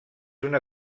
una